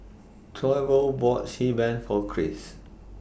Toivo bought Xi Ban For Chris